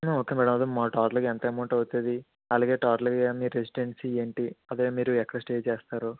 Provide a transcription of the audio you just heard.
okay madam అదే టోటల్గా ఎంత అమౌంట్ అవుతుంది అలాగే టోటల్గా మీ రెసిడెన్సీ ఏంటి అదే మీరు ఎక్కడ స్టే చేస్తారు